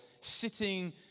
sitting